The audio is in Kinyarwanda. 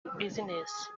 business